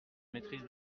maîtrise